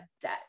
debt